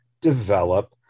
develop